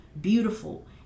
beautiful